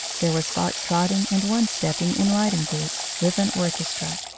there was fox-trotting and one-step ping, in riding-boots, with an orchestra.